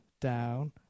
down